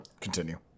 continue